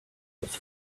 was